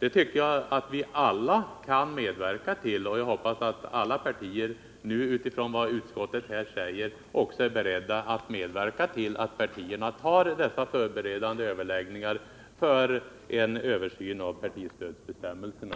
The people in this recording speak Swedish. tycker jag att vi alla bör kunna medverka till, och jag hoppas att alla partier utifrån vad utskottet här säger också är beredda att medverka till förberedande överläggningar i syfte att få till stånd en översyn av partistödsbestämmelserna.